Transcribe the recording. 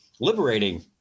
liberating